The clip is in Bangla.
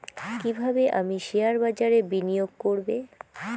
কিভাবে আমি শেয়ারবাজারে বিনিয়োগ করবে?